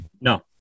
No